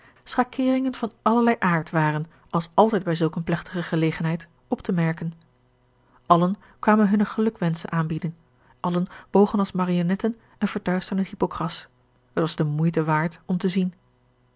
schakeringen van allerlei aard waren als altijd bij zulk eene plegtige gelegenheid op te merken allen kwamen hunne gelukwenschen aanbieden allen bogen als marionetten en verduisterden hypocras het was de moeite waard om te zien